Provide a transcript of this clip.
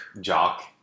Jock